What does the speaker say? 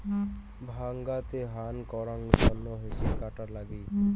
ডাঙাতে হান করাং তন্ন হেজ কাটা লাগি